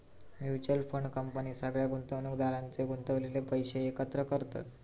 mutual fund company सगळ्या गुंतवणुकदारांचे गुंतवलेले पैशे एकत्र करतत